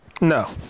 No